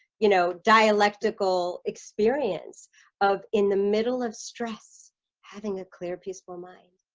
you know dialectical experience of in the middle of stress having a clear peaceful mind.